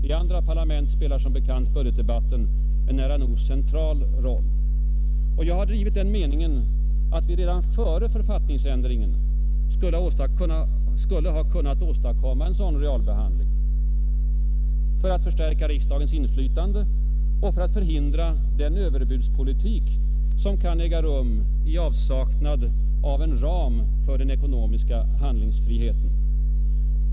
I andra parlament spelar som bekant budgetdebatten en nära nog central roll. Jag har drivit den meningen att vi redan före författningsändringen skulle ha kunnat åstadkomma en sådan realbehandling för att förstärka riksdagens inflytande och för att förhindra den överbudspolitix som kan drivas i avsaknad av en ram för den ekonomiska handlingsfriheten.